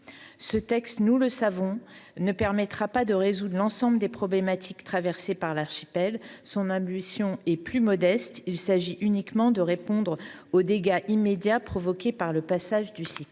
Ce texte, nous le savons tous, ne permettra pas de résoudre l’ensemble des problématiques de l’archipel. Son ambition est plus modeste : il s’agit uniquement de répondre aux dégâts immédiats provoqués par le passage du cyclone.